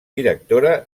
directora